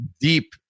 deep